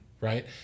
right